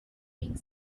being